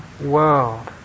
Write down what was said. world